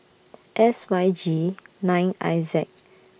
S Y G nine I Z